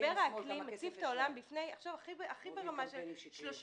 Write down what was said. משבר האקלים מציב את העולם הכי ברמה של,